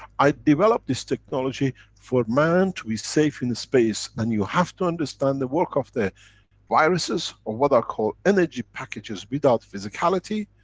i developed this technology for man to be safe in space. and you have to understand the work of the viruses, or what are called energy packages without physicality,